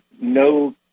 no